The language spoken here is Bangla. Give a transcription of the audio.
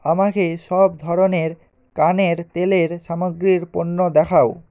আমাকে সব ধরনের কানের তেলের সামগ্রীর পণ্য দেখাও